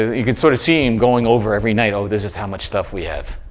you could sort of see him going over every night, oh, this is how much stuff we have,